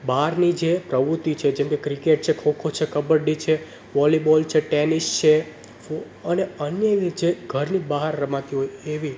બહારની જે પ્રવૃત્તિ છે જેમ કે ક્રિકેટ છે ખોખો છે કબડ્ડી છે વૉલીબોલ છે ટેનિસ છે અને અન્યની જે ઘરની બહાર રમાતી હોય એવી